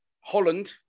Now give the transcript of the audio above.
Holland